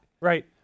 right